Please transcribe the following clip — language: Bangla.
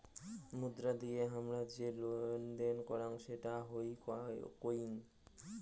মুদ্রা দিয়ে হামরা যে লেনদেন করাং সেটা হই কোইন